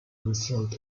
result